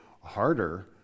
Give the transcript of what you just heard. harder